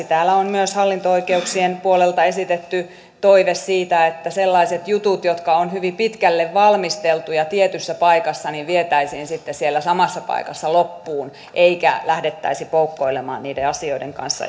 täällä on myös hallinto oikeuksien puolelta esitetty toive siitä että sellaiset jutut jotka ovat hyvin pitkälle valmisteltuja ja tietyssä paikassa vietäisiin siellä samassa paikassa loppuun eikä lähdettäisi poukkoilemaan niiden asioiden kanssa